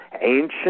Ancient